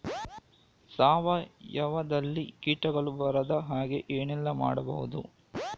ಸಾವಯವದಲ್ಲಿ ಕೀಟಗಳು ಬರದ ಹಾಗೆ ಏನೆಲ್ಲ ಮಾಡಬಹುದು?